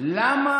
למה